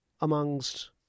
amongst